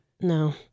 No